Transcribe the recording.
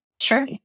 Sure